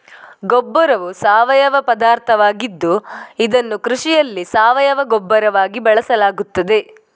ಗೊಬ್ಬರವು ಸಾವಯವ ಪದಾರ್ಥವಾಗಿದ್ದು ಇದನ್ನು ಕೃಷಿಯಲ್ಲಿ ಸಾವಯವ ಗೊಬ್ಬರವಾಗಿ ಬಳಸಲಾಗುತ್ತದೆ